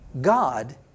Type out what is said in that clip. God